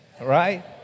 Right